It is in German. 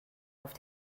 auf